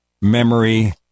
memory